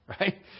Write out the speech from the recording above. right